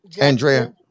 andrea